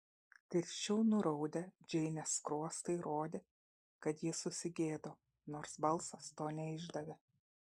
tirščiau nuraudę džeinės skruostai rodė kad ji susigėdo nors balsas to neišdavė